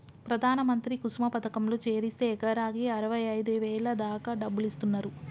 ప్రధాన మంత్రి కుసుమ పథకంలో చేరిస్తే ఎకరాకి అరవైఐదు వేల దాకా డబ్బులిస్తున్నరు